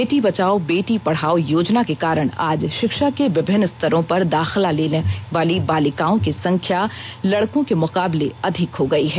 बेटी बचाओ बेटी पढाओ योजना के कारण आज शिक्षा के विभिन्न स्तरों पर दाखिला लेने वाली बालिकाओं की संख्या लडकों के मुकाबले अधिक हो गयी है